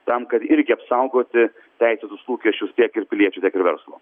tam kad irgi apsaugoti teisėtus lūkesčius tiek ir piliečių tiek ir verslo